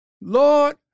Lord